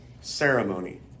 ceremony